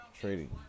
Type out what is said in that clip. trading